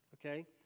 okay